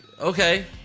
okay